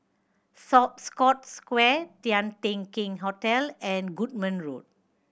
sore Scotts Square Tian Teck Keng Hotel and Goodman Road